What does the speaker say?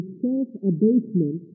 self-abasement